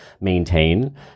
maintain